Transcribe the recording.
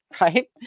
right